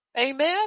Amen